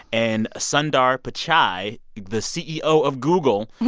and sundar pichai, the ceo of google,